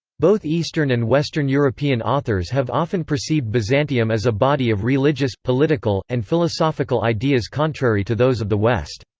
both eastern and western european authors have often perceived byzantium as a body of religious, political, and philosophical ideas contrary to those of the west.